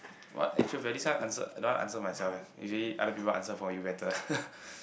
what actual value this one answer I don't want answer myself leh actually other people answer for you better